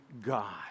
God